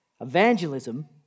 Evangelism